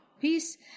peace